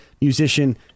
musician